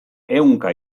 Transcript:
ehunka